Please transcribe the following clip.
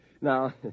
Now